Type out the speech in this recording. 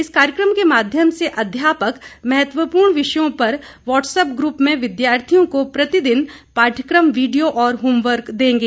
इस कार्यक्रम के माध्यम से अध्यापक महत्वपूर्ण विषयों पर व्हाट्सएप ग्रप में विद्यार्थियों को प्रतिदिन पाठ्यक्रम वीडियो और होमवर्क देंगे